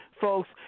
folks